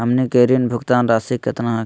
हमनी के ऋण भुगतान रासी केतना हखिन?